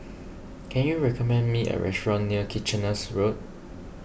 can you recommend me a restaurant near Kitcheners Road